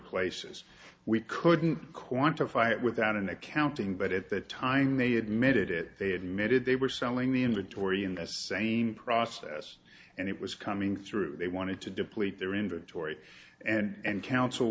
places we couldn't quantify it without an accounting but at the time they admitted it they admitted they were selling the inventory in the same process and it was coming through they wanted to deplete their inventory and counsel